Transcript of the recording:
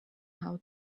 how